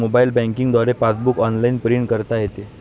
mobile banking द्वारे passbook online print करता येते